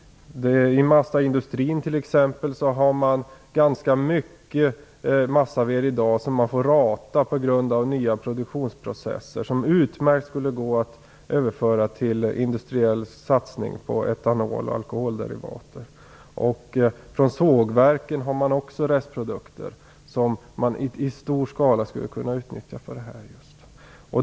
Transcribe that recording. Inom massaindustrin t.ex. har man i dag ganska mycket massaved som man måste rata på grund av nya produktionsprocesser, vilken skulle gå utmärkt att överföra till industriell satsning på etanol och alkoholderivater. Vid sågverken har man också restprodukter som i stor skala skulle kunna utnyttjas för just detta.